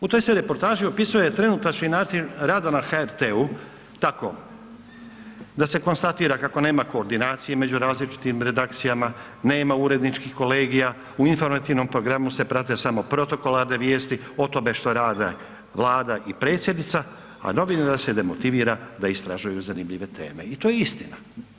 U toj se reportaži opisuje trenutačni način rada na HRT-u tako da se konstatira kako nema koordinacije među različitim redakcijama, nema uredničkih kolegija, u Informativnom programu se prate samo protokolarne vijesti o tome što radi Vlada i predsjednica, a novinare se demotivira da istražuju zanimljive teme i to je istina.